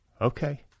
okay